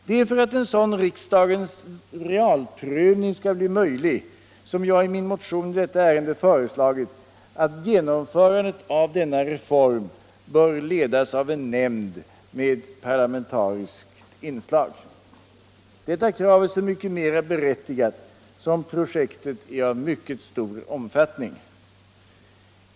Det är för att en sådan riksdagens realprövning skall bli möjlig som jag i min motion i detta ärende föreslagit att genomförandet av denna reform bör ledas av en nämnd med parlamentariskt inslag. Detta krav är så mycket mera berättigat som projektet är av mycket stor omfattning.